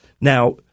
Now